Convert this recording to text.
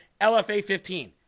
LFA15